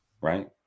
Right